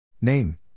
name